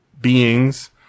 beings